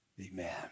Amen